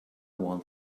want